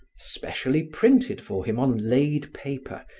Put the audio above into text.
specially printed for him on laid paper,